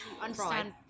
understand